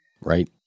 Right